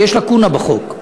שיש לקונה בחוק.